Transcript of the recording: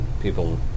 people